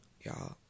y'all